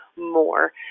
more